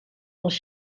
els